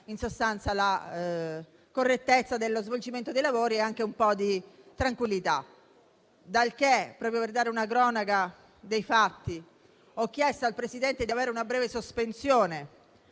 per ristabilire la correttezza dello svolgimento dei lavori e anche un po' di tranquillità. In seguito - proprio per dare una cronaca dei fatti - ho chiesto al Presidente di avere una breve sospensione,